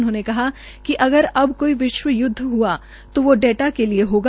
उन्होंने कहा कि अगर अब काई विश्व यद्दध हआ ता वा डेटा के लिए हागा